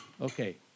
Okay